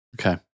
okay